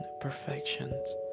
perfections